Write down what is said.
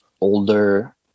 older